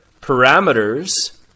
parameters